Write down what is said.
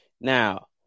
Now